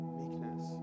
meekness